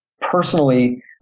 personally